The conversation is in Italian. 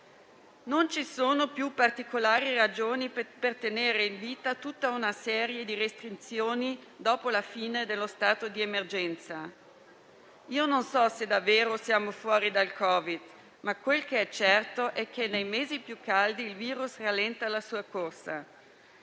Non ci sono più particolari ragioni per tenere in vita tutta una serie di restrizioni, dopo la fine dello stato di emergenza. Non so se davvero siamo fuori dal Covid, ma quel che è certo è che, nei mesi più caldi, il virus rallenta la sua corsa: